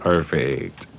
Perfect